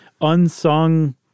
unsung